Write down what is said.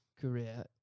career